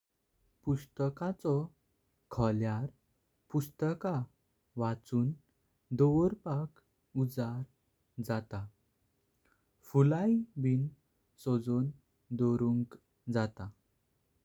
पुस्तकां च्या खोळ्यार पुस्तक वाचून दवर्पाक उजाड जाता। फुलाय बिन सजून दुरुंक जाता।